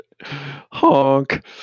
Honk